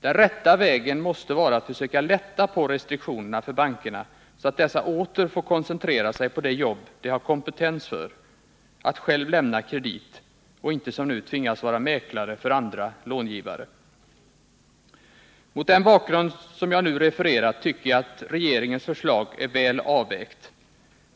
Den rätta vägen måste vara att försöka lätta på restriktionerna för bankerna så att dessa åter får koncentrera sig på det jobb de har kompetens för — att själva lämna kredit och inte som nu tvingas vara mäklare för andra långivare. Mot den bakgrund som jag nu refererat tycker jag att regeringens förslag är väl avvägt.